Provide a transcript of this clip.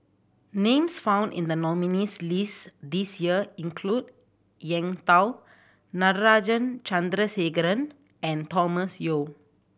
names found in the nominees' list this year include Eng Tow Natarajan Chandrasekaran and Thomas Yeo